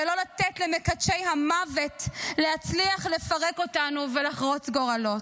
ולא לתת למקדשי המוות להצליח לפרק אותנו ולחרוץ גורלות.